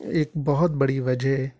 ایک بہت بڑی وجہ